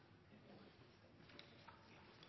eneste